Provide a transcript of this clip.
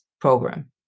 program